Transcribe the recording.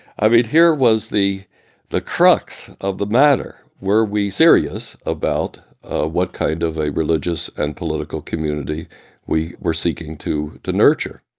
i mean, here was the the crux of the matter. were we serious about what kind of a religious and political community we were seeking to to nurture?